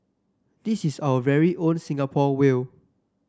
this is our very own Singapore whale